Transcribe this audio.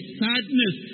sadness